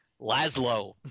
Laszlo